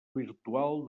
virtual